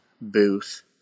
booth